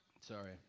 Sorry